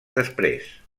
després